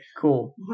Cool